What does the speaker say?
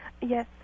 Yes